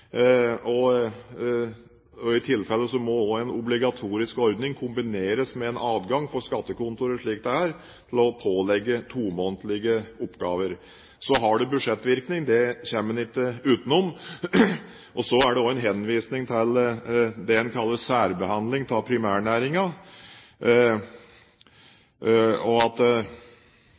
og i tifelle må også en obligatorisk ordning kombineres med en adgang for skattekontoret til å pålegge tomånedlige oppgaver. Så har det budsjettvirkning, det kommer en ikke utenom. Og så er det en henvisning til det en kaller «særbehandlingen av